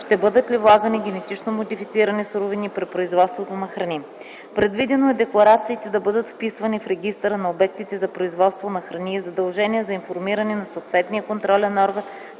ще бъдат ли влагани генетично модифицирани суровини при производството на храни. Предвидено е декларациите да бъдат вписвани в Регистъра на обектите за производство на храни и задължение за информиране на съответния контролен орган,